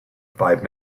five